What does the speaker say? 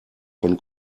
von